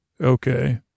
okay